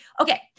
Okay